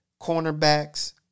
cornerbacks